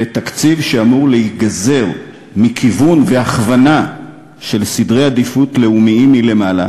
ותקציב שאמור להיגזר מכיוון והכוונה של סדרי עדיפויות לאומיים מלמעלה,